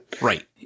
Right